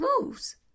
moves